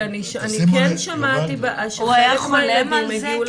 כי אני כן שמעתי שחלק מהילדים הגיעו